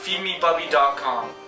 feedmebubby.com